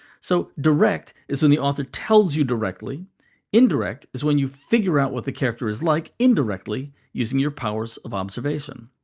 so direct is when the author tells you directly indirect is when you figure out what the character is like indirectly, using your powers of observation.